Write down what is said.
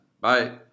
bye